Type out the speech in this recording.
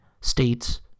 states